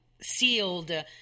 sealed